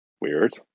weird